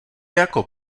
jako